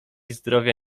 zdrowia